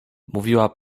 mówiła